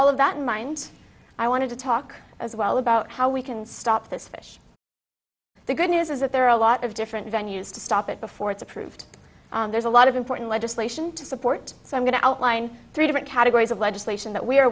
all of that in mind i wanted to talk as well about how we can stop this fish the good news is that there are a lot of different venues to stop it before it's approved there's a lot of important legislation to support so i'm going to outline three different categories of legislation that we